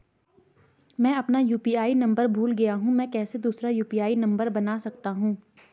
मैं अपना UPI number भूल गया हूँ मैं कैसे दूसरा यु.पी.आई नम्बर बना सकता हूँ?